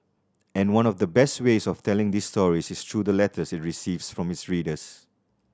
and one of the best ways of telling these stories is through the letters it receives from its readers